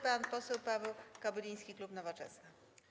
Pan poseł Paweł Kobyliński, klub Nowoczesna.